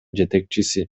жетекчиси